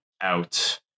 out